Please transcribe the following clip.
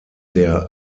der